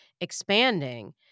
expanding